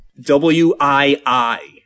W-I-I